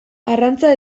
arrantza